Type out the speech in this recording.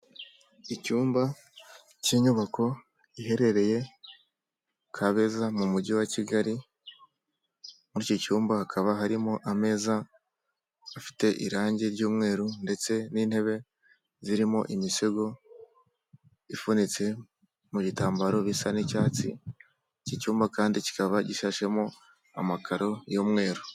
Icyumba cy'inyubako iherereye Kabeza mu mujyi wa Kigali, muri icyo cyumba hakaba harimo ameza afite irangi ry'umweru ndetse n'intebe zirimo imisego ifunitse mu gitambaro bisa n'icyatsi, iki cyumba kandi kikaba gishashemo amakaro y'umweru.